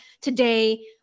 today